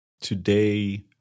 today